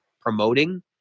promoting